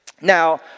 Now